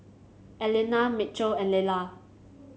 Einar Mitchel and Lella